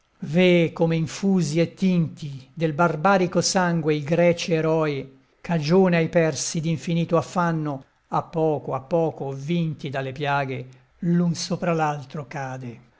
ve come infusi e tinti del barbarico sangue i greci eroi cagione ai persi d'infinito affanno a poco a poco vinti dalle piaghe l'un sopra l'altro cade